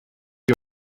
you